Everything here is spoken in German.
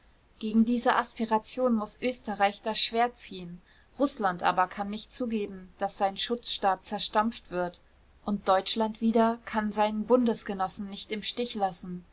gegen diese aspiration muß österreich das schwert ziehen rußland aber kann nicht zugeben daß sein schutzstaat zerstampft wird und deutschland wieder kann seinen bundesgenossen nicht im stich lassen